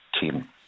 team